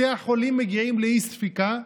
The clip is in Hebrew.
בתי החולים מגיעים לאי-ספיקה,